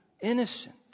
innocent